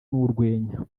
n’urwenya